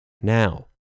now